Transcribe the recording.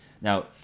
Now